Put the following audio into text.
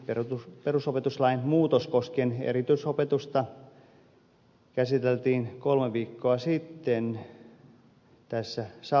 ensinnäkin perusopetuslain muutos koskien erityisopetusta käsiteltiin kolme viikkoa sitten tässä salissa